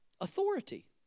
Authority